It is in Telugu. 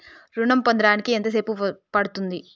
ఋణం పొందడానికి ఎంత సేపు పడ్తుంది?